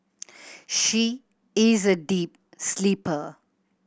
she is a deep sleeper